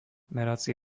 merací